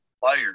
fire